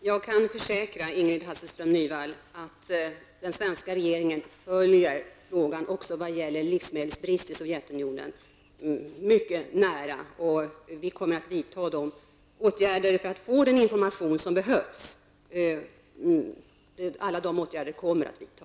Herr talman! Jag kan försäkra Ingrid Hasselström Nyvall att den svenska regeringen också följer frågan om livsmedelsbrist i Sovjetunionen mycket nära. Vi kommer att vidta alla de åtgärder som behövs för att få information.